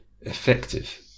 effective